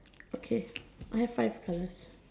okay I have five colours